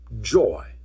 joy